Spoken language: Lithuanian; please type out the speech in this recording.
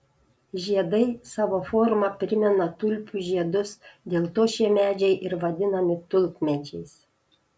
žiedai savo forma primena tulpių žiedus dėl to šie medžiai ir vadinami tulpmedžiais